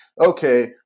okay